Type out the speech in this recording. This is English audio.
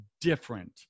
different